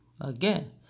Again